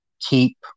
keep